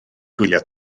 gwylio